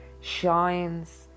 shines